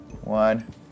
one